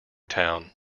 town